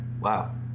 wow